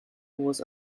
was